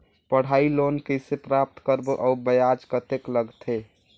पढ़ाई लोन कइसे प्राप्त करबो अउ ब्याज कतेक लगथे?